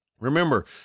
remember